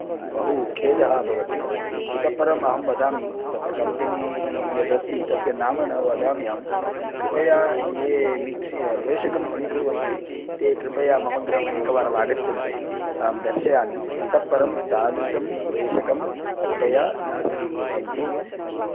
बहु खेदः अभवत् इतः परं अहं वदामि तत्र कम्पनी यदस्ति तस्य नाम न वदामि अहं कृपया ये मिक्सि प्रेषकं स्वीकुर्वन्ति ते कृपया मम गृहम् एकवारं आगच्छन्तु दर्शयामि इतः परं तादृशं प्रेषकं कृपया न स्वीकुर्वन्तु